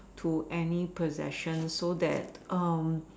to any possession so that um